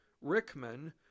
Rickman